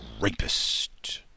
rapist